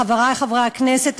חברי חברי הכנסת,